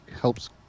helps